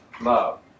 love